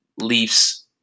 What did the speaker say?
Leafs